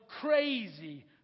crazy